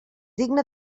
digne